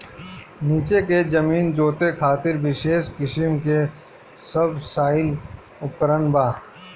नीचे के जमीन जोते खातिर विशेष किसिम के सबसॉइल उपकरण बा